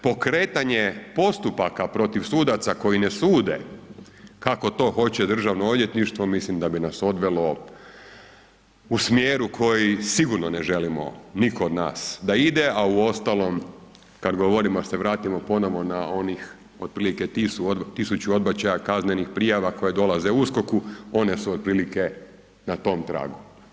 Pokretanje postupaka protiv sudaca koji ne sude kako to hoće Državno odvjetništvo, mislim da bi nas odvelo u smjeru koji sigurno ne želimo nitko od nas da ide a uostalom kad govorimo da se vratimo ponovno na onih otprilike 1000 odbačaja kaznenih prijava koje dolaze USKOK-u, one su otprilike na tom tragu.